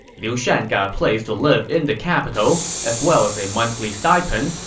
liu shan got a place to live in the capital, as well as a monthly stipend,